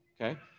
okay